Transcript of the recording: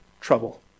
trouble